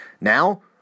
Now